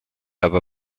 aber